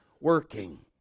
working